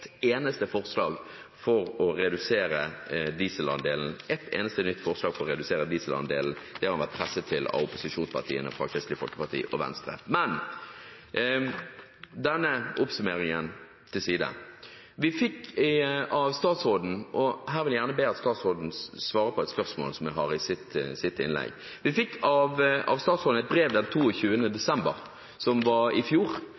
eneste nytt forslag for å redusere dieselandelen. Det har han blitt presset til av opposisjonspartiene og Kristelig Folkeparti og Venstre. Men denne oppsummeringen til side – jeg vil gjerne be om at statsråden svarer på et spørsmål: Vi fikk av statsråden et brev den 22. desember i fjor